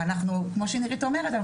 וכמו שנרית אומרת,